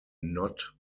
not